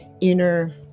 inner